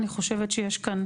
אני חושבת שיש כאן